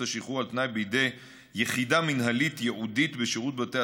השחרור על תנאי בידי יחידה מינהלית ייעודית בשירות בתי